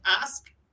ask